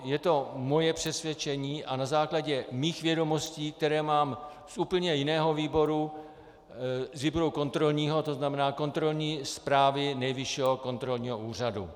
Je to moje přesvědčení na základě mých vědomostí, které mám z úplně jiného výboru, výboru kontrolního, to znamená kontrolní zprávy Nejvyššího kontrolního úřadu.